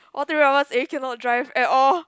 all the road it cannot drive at all